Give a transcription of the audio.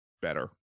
better